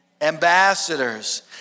ambassadors